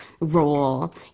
role